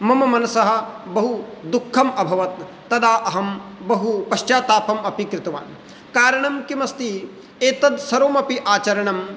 मम मनसः बहुदुःखम् अभवत् तदा अहं बहुपश्चात्तापम् अपि कृतवान् कारणं किमस्ति एतत् सर्वमपि आचरणं